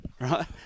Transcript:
right